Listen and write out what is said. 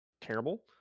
terrible